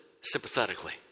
sympathetically